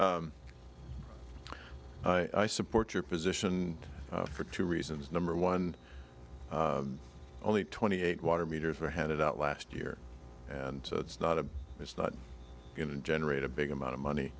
terry i support your position for two reasons number one only twenty eight water meters were handed out last year and so it's not a it's not going to generate a big amount of money